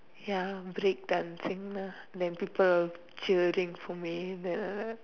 ya break dancing lah then people will cheering for me then I